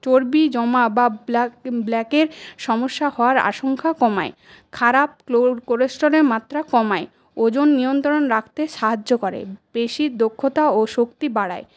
চর্বি জমা বা ব্ল্যাক ব্ল্যাকের সমস্যা হওয়ার আশঙ্কা কমায় খারাপ কোলেস্টেরলের মাত্রা কমায় ওজন নিয়ন্ত্রন নিয়ন্ত্রণ রাখতে সাহায্য করে পেশীর দক্ষতা ও শক্তি বাড়ায়